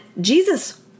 Jesus